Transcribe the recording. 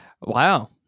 wow